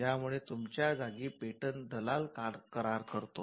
ज्यामुळे तुमच्या जागी पेटंट दलाल करार करतो